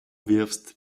wirfst